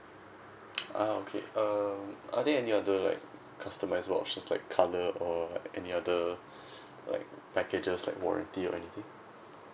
ah okay um are there any other like customisable options like colour or any other like packages like warranty or anything